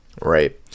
Right